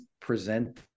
present